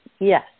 yes